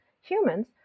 humans